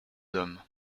hommes